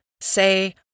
say